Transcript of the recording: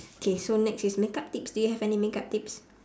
okay so next is makeup tips do you have any makeup tips